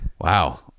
wow